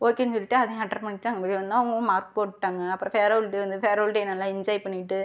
ஓகேனு சொல்லிவிட்டு அதையும் அட்டன் பண்ணிவிட்டு வந்த அவங்களும் மார்க் போட்டாங்க அப்புறம் ஃபேர்வெல் டே வந்து ஃபேர்வெல் டே என்ஜாய் பண்ணிகிட்டு